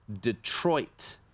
Detroit